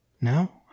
No